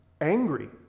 angry